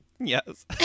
Yes